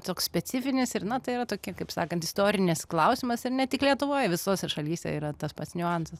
toks specifinis ir na tai yra tokia kaip sakant istorinis klausimas ir ne tik lietuvoj visose šalyse yra tas pats niuansas